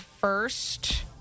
first